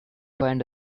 find